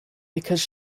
because